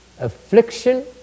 affliction